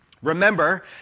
Remember